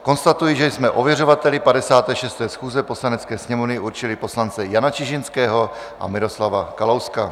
Konstatuji, že jsme ověřovateli 56. schůze Poslanecké sněmovny určili poslance Jana Čižinského a Miroslava Kalouska.